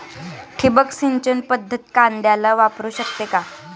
ठिबक सिंचन पद्धत कांद्याला वापरू शकते का?